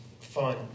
fun